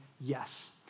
yes